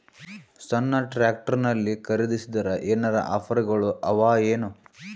ಸಣ್ಣ ಟ್ರ್ಯಾಕ್ಟರ್ನಲ್ಲಿನ ಖರದಿಸಿದರ ಏನರ ಆಫರ್ ಗಳು ಅವಾಯೇನು?